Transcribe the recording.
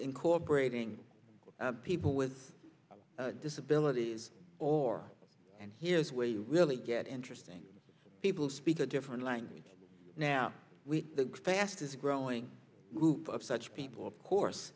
incorporating people with disabilities or and here's where you really get interesting people speak a different language now we the fastest growing group of such people of course